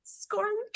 scoring